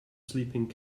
sleeping